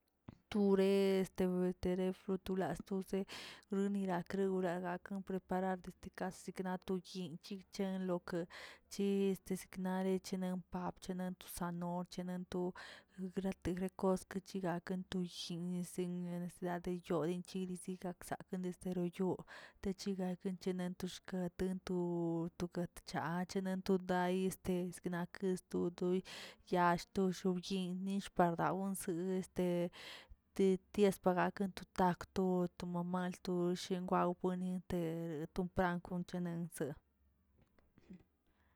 Ture este ture frute last tose rinorakre gurak raken preparar ka signa tu yinꞌ yigꞌ chen lokeꞌ chi este siknare chi ampab seknane nochenatub wgrate grekosichigꞌ aken ti llinꞌ sin necesidade to yonen de sikerasake toyoo te chigaken tenantox katen to to gatchache to daye este nake sto doy to yall to shob yinꞌ nillꞌ par dawensiꞌ de este te ties pagaken to takw to to mal- mal tosh gwaw gonite te ton pan kenense.